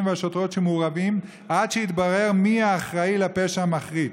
והשוטרות שמעורבים עד שיתברר מי האחראי לפשע המחריד,